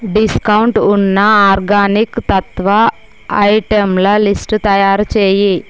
discount ఉన్న organic తత్వ ఐటెంల లిస్టు తయారుచెయ్యి